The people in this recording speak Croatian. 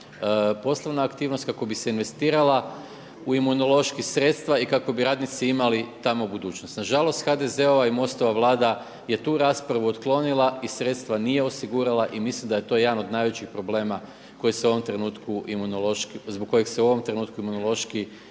poslovna aktivnost, kako bi se investirala u Imunološki sredstva i kako bi radnici imali tamo budućnost. Nažalost HDZ-ova i MOST-ova vlada je tu raspravu otklonila i sredstva nije osigurala i mislim da je to jedan od najvećih problema zbog kojeg se u ovom trenutku Imunološki